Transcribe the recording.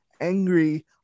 angry